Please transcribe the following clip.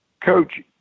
Coach